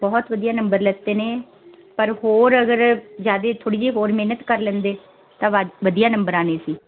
ਬਹੁਤ ਵਧੀਆ ਨੰਬਰ ਲੈਤੇ ਨੇ ਪਰ ਹੋਰ ਅਗਰ ਜ਼ਿਆਦਾ ਥੋੜ੍ਹੀ ਜਿਹੀ ਹੋਰ ਮਿਹਨਤ ਕਰ ਲੈਂਦੇ ਤਾਂ ਵੱਧ ਵਧੀਆ ਨੰਬਰ ਆਉਣੇ ਸੀ